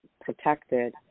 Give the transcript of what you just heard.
protected